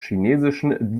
chinesischen